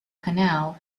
canal